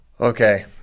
Okay